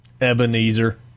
Ebenezer